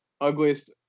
ugliest